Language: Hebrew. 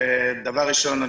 דבר ראשון,